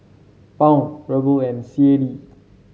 Pound Ruble and C A D